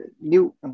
New